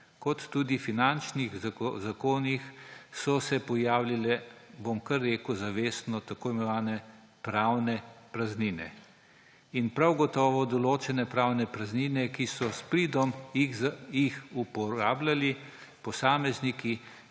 kot tudi v finančnih zakonih so se pojavljale, bom kar rekel – zavestno, tako imenovane pravne praznine. In prav gotovo so določene pravne praznine s pridom uporabljali posamezniki